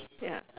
ya